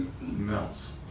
melts